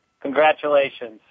Congratulations